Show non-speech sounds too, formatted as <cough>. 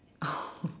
oh <breath>